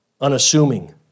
Unassuming